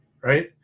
right